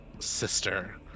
sister